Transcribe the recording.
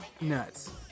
nuts